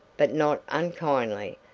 but not unkindly,